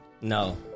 No